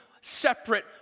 separate